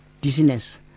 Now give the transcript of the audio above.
dizziness